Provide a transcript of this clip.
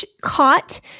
caught